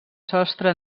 sostre